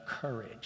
courage